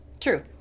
True